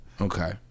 Okay